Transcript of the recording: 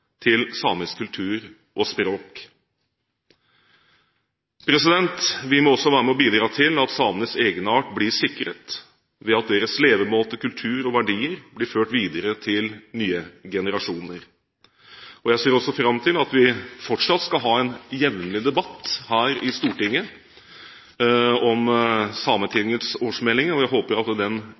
til samisk kultur og språk. Vi må også være med og bidra til at samenes egenart blir sikret, ved at deres levemåte, kultur og verdier blir ført videre til nye generasjoner. Jeg ser fram til at vi fortsatt jevnlig skal ha debatt i Stortinget om Sametingets årsmelding. Jeg håper at den